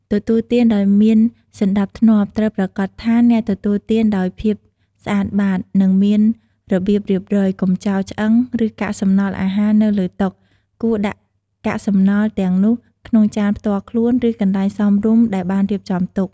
ទទួលទានដោយមានសណ្ដាប់ធ្នាប់ត្រូវប្រាកដថាអ្នកទទួលទានដោយភាពស្អាតបាត និងមានរបៀបរៀបរយ កុំចោលឆ្អឹង ឬកាកសំណល់អាហារនៅលើតុ គួរដាក់កាកសំណល់ទាំងនោះក្នុងចានផ្ទាល់ខ្លួន ឬកន្លែងសមរម្យដែលបានរៀបចំទុក។